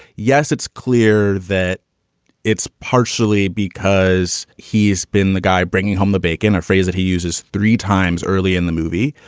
yes, it's clear that it's partially because he's been the guy bringing home the bacon, a phrase that he uses three times early in the movie.